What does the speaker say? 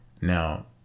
Now